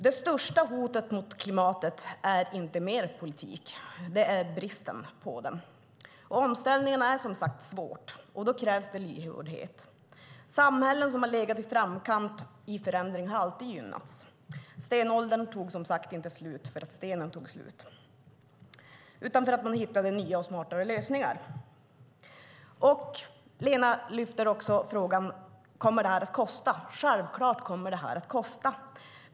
Det största hotet mot klimatet är inte mer politik, utan det är bristen på den. Omställningen är, som sagt, svår. Då krävs det lyhördhet. Samhällen som har legat i framkant i fråga om förändring har alltid gynnats. Stenåldern tog, som sagt, inte slut för att stenarna tog slut utan för att man hittade nya och smartare lösningar. Lena Asplund lyfter också fram frågan: Kommer detta att kosta? Självklart kommer detta att kosta.